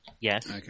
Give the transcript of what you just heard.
Yes